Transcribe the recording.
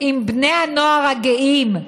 עם בני הנוער הגאים,